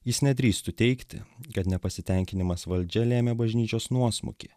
jis nedrįstų teigti kad nepasitenkinimas valdžia lėmė bažnyčios nuosmukį